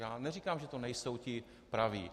Já neříkám, že to nejsou ti praví.